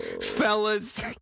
Fellas